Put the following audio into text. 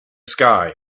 sky